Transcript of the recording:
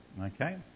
Okay